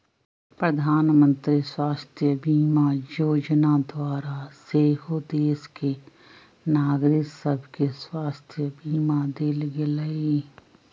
प्रधानमंत्री स्वास्थ्य बीमा जोजना द्वारा सेहो देश के नागरिक सभके स्वास्थ्य बीमा देल गेलइ